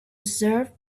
serve